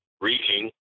reading